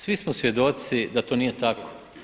Svi smo svjedoci da to nije tako.